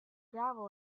gravel